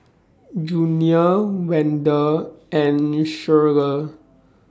Junior Wende and Shirlie